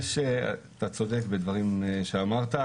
אתה צודק בדברים שאמרת,